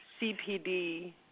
CPD